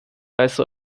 also